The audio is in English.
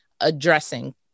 addressing